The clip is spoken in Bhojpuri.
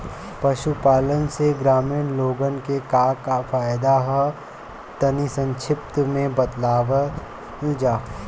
पशुपालन से ग्रामीण लोगन के का का फायदा ह तनि संक्षिप्त में बतावल जा?